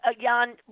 Jan